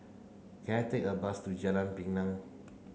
can I take a bus to Jalan Pinang